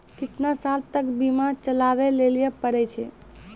केतना साल तक बीमा चलाबै लेली पड़ै छै?